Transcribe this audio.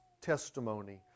testimony